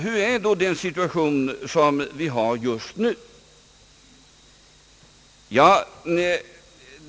Hur är då den situation som vi har just nu?